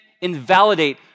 invalidate